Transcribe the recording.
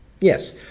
Yes